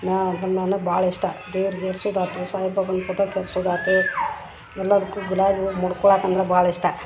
ನಾ ಅದನ್ನ ನಾನು ಭಾಳ ಇಷ್ಟ ದೇವ್ರ್ಗ ಏರ್ಸುದಾತು ಸಾಯಿಬಾಬಂಗೆ ಫೊಟೋಕ ಏರ್ಸುದಾತು ಎಲ್ಲಾದುಕ್ಕು ಗುಲಾಬಿ ಹೂ ಮುಡ್ಕೊಳಕಂದ್ರ ಭಾಳ್ ಇಷ್ಟ